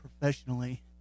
professionally